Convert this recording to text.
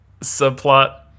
subplot